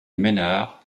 ménard